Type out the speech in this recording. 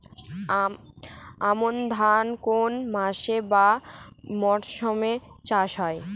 আমন ধান কোন মাসে বা মরশুমে চাষ হয়?